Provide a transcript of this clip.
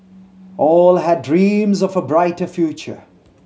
all had dreams of a brighter future